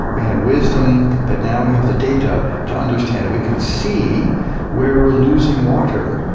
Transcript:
we had wisdom, but now we have the data to understand it. we can see where we are losing water.